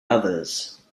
others